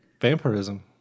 Vampirism